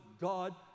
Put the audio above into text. God